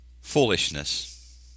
foolishness